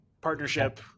Partnership